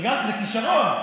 זה כישרון.